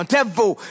Devil